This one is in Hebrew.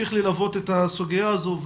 נמשיך ללוות את הסוגיה הזו.